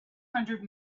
hundred